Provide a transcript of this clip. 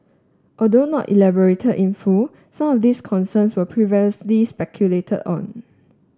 although not elaborated in full some of these concerns were previously speculated on